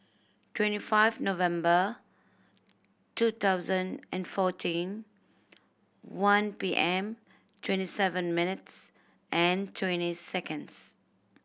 twenty five November two thousand and fourteen one P M twenty seven minutes and twenty seconds